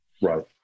Right